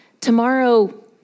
tomorrow